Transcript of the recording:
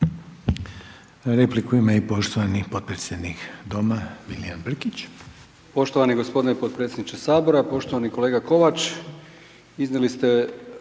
Repliku ima i poštovani potpredsjednik Doma, Milijan Brkić.